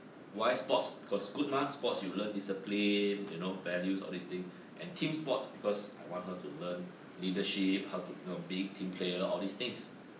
why sports cause good mah sports you learn discipline you know values all this thing and team sport because I want her to learn leadership how to know being team player all these things